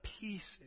pieces